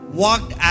walked